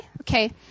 Okay